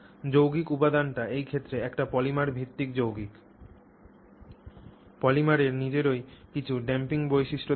যৌগিক উপাদানটি এই ক্ষেত্রে একটি পলিমার ভিত্তিক যৌগিক পলিমারের নিজেরই কিছু ড্যাম্পিং বৈশিষ্ট্য থাকবে